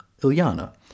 Ilyana